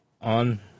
on